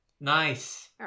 Nice